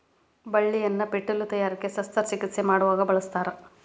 ಬಳ್ಳಿಯನ್ನ ಪೇಟಿಲು ತಯಾರಿಕೆ ಶಸ್ತ್ರ ಚಿಕಿತ್ಸೆ ಮಾಡುವಾಗ ಬಳಸ್ತಾರ